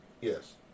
Yes